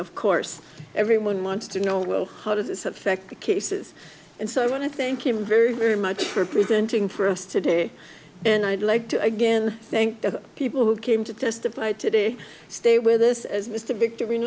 of course everyone wants to know well how does this affect the cases and so i want to thank him very very much for presenting for us today and i'd like to again thank the people who came to testify today stay with us as mr victory